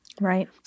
Right